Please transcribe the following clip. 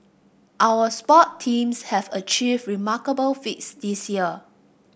our sport teams have achieved remarkable feats this year